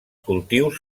cultius